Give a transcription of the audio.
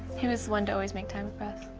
he was one to always make time for us.